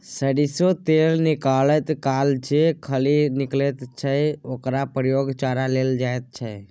सरिसों तेल निकालैत काल जे खली निकलैत छै ओकर प्रयोग चारा लेल होइत छै